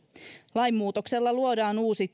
lainmuutoksella luodaan uusi